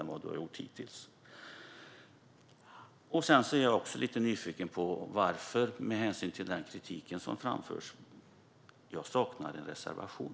Jag är nyfiken på en sak till. Med hänsyn till den kritik som framförs undrar jag varför det inte finns någon reservation. Jag saknar en sådan.